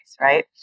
right